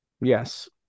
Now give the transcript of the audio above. Yes